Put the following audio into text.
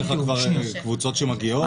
יש כבר קבוצות שמגיעות.